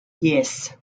yes